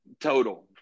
Total